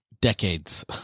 decades